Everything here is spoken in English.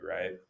right